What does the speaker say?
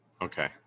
okay